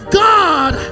god